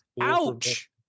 Ouch